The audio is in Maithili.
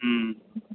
हँ